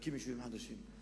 להקים יישובים חדשים.